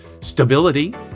stability